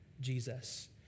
Jesus